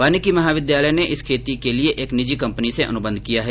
वानिकी महाविद्यालय ने इस कि खेती के लिए एक निजी कम्पनी से एक अनुबंध किया है